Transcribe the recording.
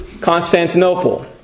Constantinople